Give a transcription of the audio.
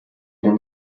den